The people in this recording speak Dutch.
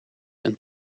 een